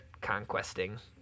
conquesting